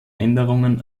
änderungen